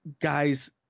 Guys